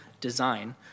design